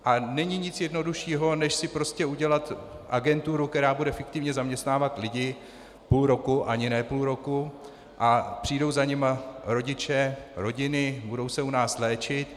A není nic jednoduššího než si prostě udělat agenturu, která bude fiktivně zaměstnávat lidi půl roku, ani ne půl roku, a přijdou za nimi rodiče, rodiny, budou se u nás léčit.